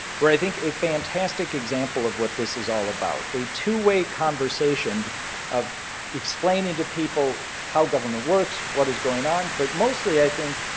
were, i think, a fantastic example of what this is all about. a two-way conversation of explaining to people how government works, what is going on. but mostly, i think,